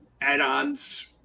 Add-ons